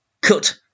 Cut